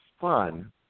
fun